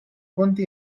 punti